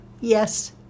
Yes